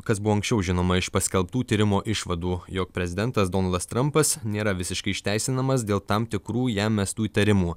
kas buvo anksčiau žinoma iš paskelbtų tyrimo išvadų jog prezidentas donaldas trampas nėra visiškai išteisinamas dėl tam tikrų jam mestų įtarimų